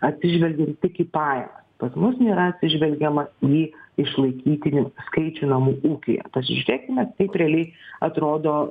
atsižvelgiant tik į pajamas pas mus nėra atsižvelgiama į išlaikytinių skaičių namų ūkyje pažiūrėkime kaip realiai atrodo